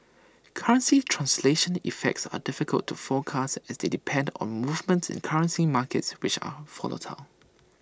currency translation effects are difficult to forecast as they depend on movements in currency markets which are volatile